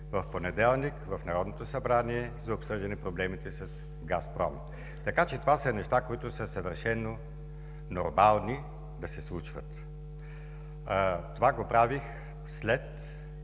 в понеделник в Народното събрание за обсъждане на проблемите с „Газпром“. Така че това са неща, които са съвършено нормални да се случват. Това го правих след